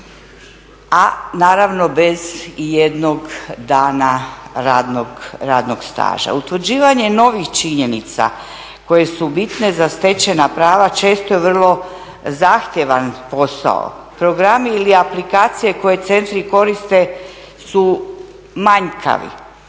a naravno bez ijednog dana radnog staža. Utvrđivanje novih činjenica koja su bitna za stečena prava često je vrlo zahtjevan posao. Programi ili aplikacije koje centri koriste su manjkavi,